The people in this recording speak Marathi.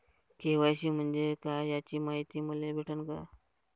के.वाय.सी म्हंजे काय याची मायती मले भेटन का?